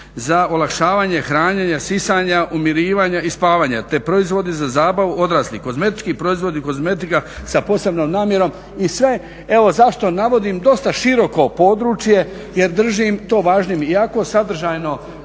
za olakšavanje hranjenja, sisanja, umirivanja i spavanja, te proizvodi za zabavu odraslih, kozmetički proizvodi, kozmetika sa posebnom namjerom i sve. Evo zašto navodim dosta široko područje jer držim to važnim iako sadržajno